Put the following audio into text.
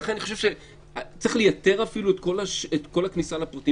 ולכן אני חושב שצריך לייתר אפילו את כל הכניסה לפרטים.